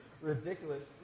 ridiculous